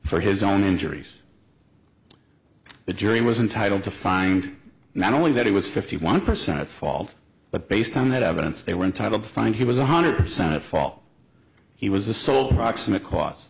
for his own injuries the jury was entitled to find not only that it was fifty one percent at fault but based on that evidence they were entitled to find he was one hundred percent at fault he was the sole proximate c